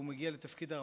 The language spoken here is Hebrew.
הוא מגיע לתפקיד הרמטכ"ל.